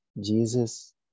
Jesus